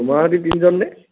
তোমাৰ সৈতে তিনিজন নে